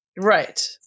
right